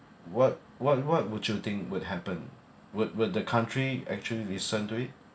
what what what would you think would happen would would the country actually listen to it